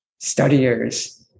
studiers